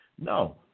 no